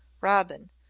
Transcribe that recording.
robin